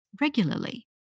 regularly